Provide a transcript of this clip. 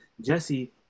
Jesse